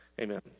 Amen